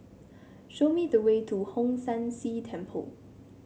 show me the way to Hong San See Temple